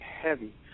heavy